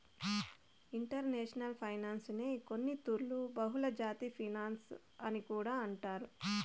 international ఫైనాన్సునే కొన్నితూర్లు బహుళజాతి ఫినన్సు అని కూడా అంటారు